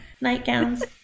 nightgowns